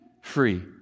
free